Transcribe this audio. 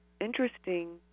interesting